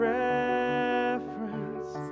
reference